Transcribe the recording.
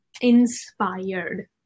inspired